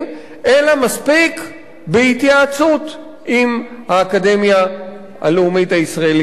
אלא מספיק בהתייעצות עם האקדמיה הלאומית הישראלית למדעים.